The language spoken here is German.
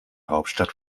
hauptstadt